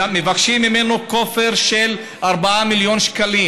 מבקשים ממנו כופר של 4 מיליון שקלים.